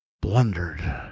blundered